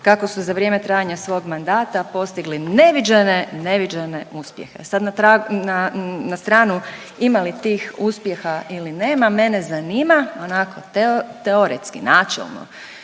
kako su za vrijeme trajanja svog mandata postigli neviđene, neviđene uspjehe. Sad na stranu ima li tih uspjeha ili nema mene zanima onako teoretski, načelno